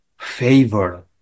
Favor